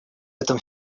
этом